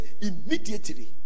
immediately